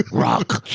rock.